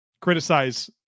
criticize